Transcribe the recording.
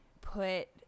put